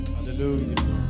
Hallelujah